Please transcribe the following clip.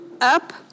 up